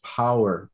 power